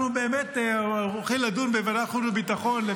אנחנו באמת הולכים לדון בוועדת חוץ וביטחון,